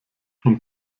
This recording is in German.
und